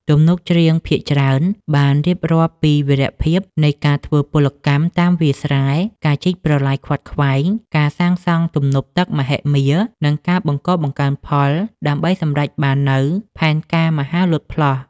ទំនុកច្រៀងភាគច្រើនបានរៀបរាប់ពីវីរភាពនៃការធ្វើពលកម្មតាមវាលស្រែ ការជីកប្រឡាយខ្វាត់ខ្វែង ការសាងសង់ទំនប់ទឹកមហិមា និងការបង្កបង្កើនផលដើម្បីសម្រេចបាននូវផែនការមហាលោតផ្លោះ។